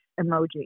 emoji